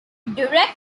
direct